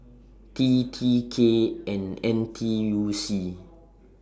T T K and N T U C